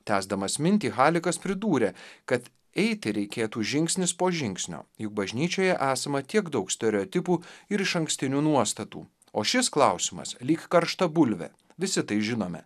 tęsdamas mintį halikas pridūrė kad eiti reikėtų žingsnis po žingsnio juk bažnyčioje esama tiek daug stereotipų ir išankstinių nuostatų o šis klausimas lyg karšta bulvė visi tai žinome